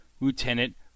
Lieutenant